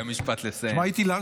הינה, ידעתי שתגיד לי לסיים.